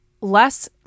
less